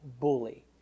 bully